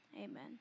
Amen